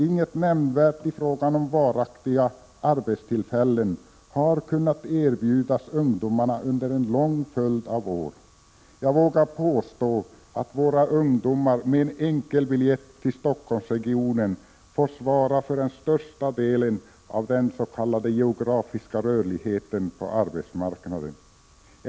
Inget nämnvärt i fråga om varaktiga arbetstillfällen har kunnat erbjudas ungdomarna under en lång följd av år. Jag vågar påstå att våra ungdomar med en enkel biljett till Stockholmsregionen får svara för den största delen av den s.k. geografiska rörligheten på arbetsmarknaden.